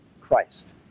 Christ